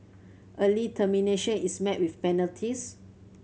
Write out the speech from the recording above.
early termination is met with penalties